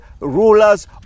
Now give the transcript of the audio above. rulers